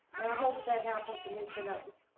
i hope that happens for me tonight.